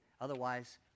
otherwise